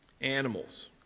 animals